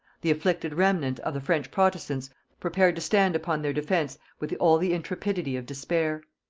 the afflicted remnant of the french protestants prepared to stand upon their defence with all the intrepidity of despair.